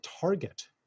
target